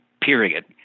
Period